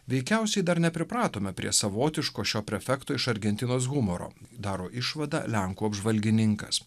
veikiausiai dar nepripratome prie savotiško šio prefekto iš argentinos humoro daro išvadą lenkų apžvalgininkas